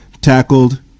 tackled